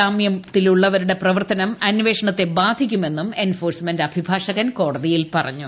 ജാമ്യത്തിലുള്ളവരുടെ പ്രവർത്തനം അന്വേഷണത്തെ ബാധിക്കുമെന്നും എൻഫോഴ്സ്മെന്റ് അഭിഭാഷകൻ കോടതിയെ അറിയിച്ചു